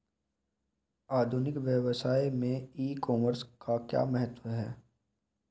आधुनिक व्यवसाय में ई कॉमर्स का क्या महत्व है?